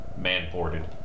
man-ported